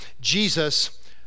Jesus